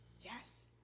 Yes